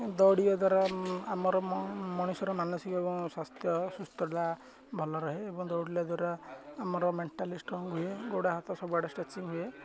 ଦୌଡ଼ିବା ଦ୍ୱାରା ଆମର ମଣିଷର ମାନସିକ ଏବଂ ସ୍ୱାସ୍ଥ୍ୟ ସୁସ୍ଥତା ଭଲ ରୁହେ ଏବଂ ଦୌଡ଼ିଲେ ଦ୍ୱାରା ଆମର ମେଂଟାଲି ଷ୍ଟ୍ରଙ୍ଗ ହୁଏ ଗୋଡ଼ ହାତ ସବୁଆଡ଼େ ସ୍ଟ୍ରେଚିଙ୍ଗ ହୁଏ